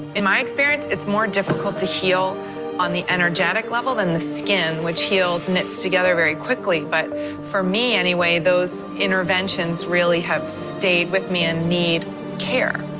in my experience, it's more difficult to heal on the energetic level than the skin which heals, knits together very quickly, but for me anyway those interventions really have stayed with me and need care.